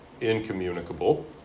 incommunicable